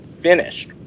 finished